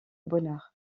bonheur